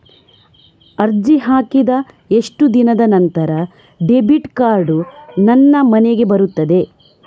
ಅರ್ಜಿ ಹಾಕಿದ ಎಷ್ಟು ದಿನದ ನಂತರ ಡೆಬಿಟ್ ಕಾರ್ಡ್ ನನ್ನ ಮನೆಗೆ ಬರುತ್ತದೆ?